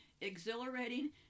exhilarating